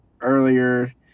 earlier